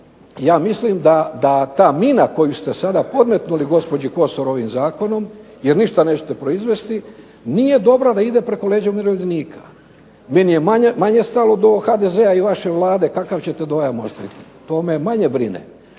ja mislim da ta mina koju ste sada podmetnuli gospođi Kosor ovim zakonom jer ništa nećete proizvesti, nije dobro da ide preko leđa umirovljenika. Meni je manje stalo do HDZ-a i vaše Vlade kakav će to dojam ostaviti, to me najmanje brine,